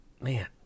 man